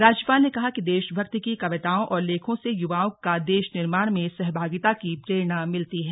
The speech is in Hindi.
राज्यपाल ने कहा कि देशभक्ति की कविताओं और लेखों से युवाओं का देश निर्माण में सहभागिता की प्रेरणा मिलती है